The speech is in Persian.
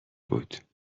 بود